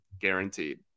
guaranteed